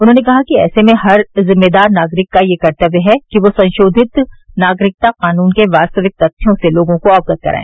उन्होंने कहा कि ऐसे में हर जिम्मेदार नागरिक का यह कर्तव्य है कि वह संशोधित नागरिकता कानून के वास्तविक तथ्यों से लोगों को अवगत कराए